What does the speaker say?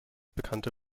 bekannte